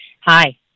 Hi